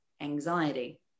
anxiety